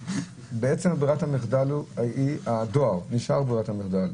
ברירת המחדל היא הדואר, היא נשארת ברירת המחדל.